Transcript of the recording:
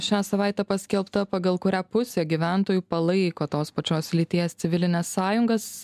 šią savaitę paskelbta pagal kurią pusė gyventojų palaiko tos pačios lyties civilines sąjungas